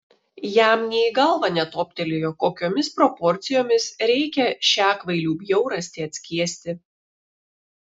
jam nė į galvą netoptelėjo kokiomis proporcijomis reikia šią kvailių bjaurastį atskiesti